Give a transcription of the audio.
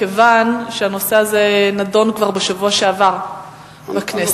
מכיוון שהנושא הזה נדון כבר בשבוע שעבר בכנסת.